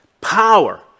Power